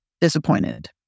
disappointed